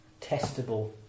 testable